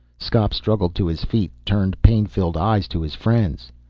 skop struggled to his feet, turned pain-filled eyes to his friends.